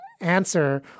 answer